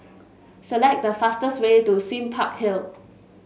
select the fastest way to Sime Park Hill